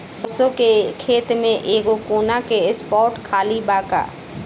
सरसों के खेत में एगो कोना के स्पॉट खाली बा का?